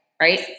right